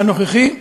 הנוכחי.